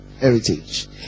heritage